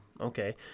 okay